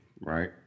Right